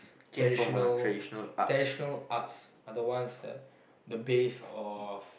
traditional traditional arts are the ones that the base of